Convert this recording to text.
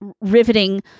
riveting